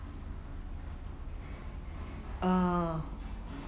err